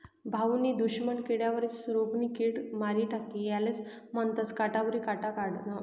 भाऊनी दुश्मन किडास्वरी रोगनी किड मारी टाकी यालेज म्हनतंस काटावरी काटा काढनं